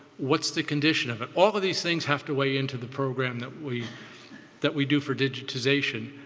what's the condition of it? all of these things have to weigh in to the program that we that we do for digitization.